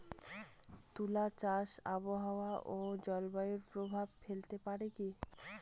তুলা চাষে আবহাওয়া ও জলবায়ু প্রভাব ফেলতে পারে কি?